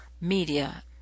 media